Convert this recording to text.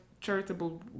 charitable